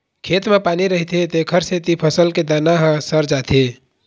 खेत म पानी रहिथे तेखर सेती फसल के दाना ह सर जाथे